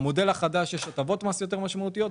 במודל החדש יש הטבות מס יותר משמעותיות,